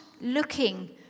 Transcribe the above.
looking